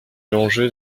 l’enjeu